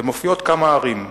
ומופיעות כמה ערים,